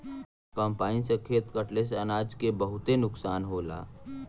combine से खेत कटले से अनाज के बहुते नुकसान होला